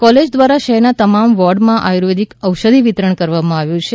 college દ્વારા શહેરના તમામ વોર્ડમાં આયુર્વેદીક ઔષધિ વિતરણ કરવામાં આવ્યું છે